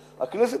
לכנסת,